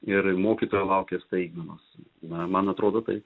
ir mokytojo laukia staigmenos na man atrodo taip